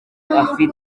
afite